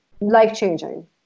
Life-changing